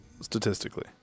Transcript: Statistically